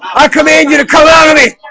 i command you to come out of me?